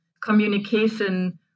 communication